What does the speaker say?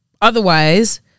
otherwise